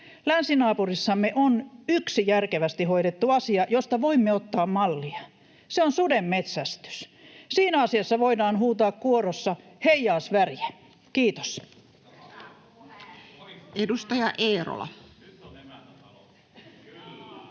Länsinaapurissamme on yksi järkevästi hoidettu asia, josta voimme ottaa mallia: se on sudenmetsästys. Siinä asiassa voidaan huutaa kuorossa: Heja Sverige! — Kiitos.